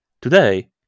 today